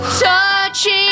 Touching